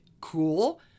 cool